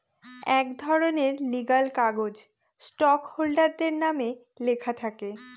এক ধরনের লিগ্যাল কাগজ স্টক হোল্ডারদের নামে লেখা থাকে